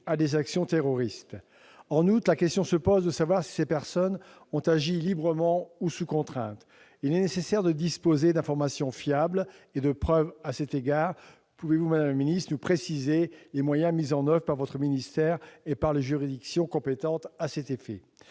à des actions terroristes. En outre, la question se pose de savoir si ces personnes ont agi librement ou sous contrainte. Il est nécessaire de disposer d'informations fiables et de preuves à cet égard. Pouvez-vous, madame la garde des sceaux, nous préciser quels moyens sont mis en oeuvre à cet effet par votre ministère et par les juridictions compétentes ?